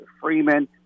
Freeman